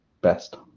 best